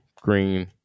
green